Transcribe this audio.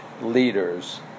leaders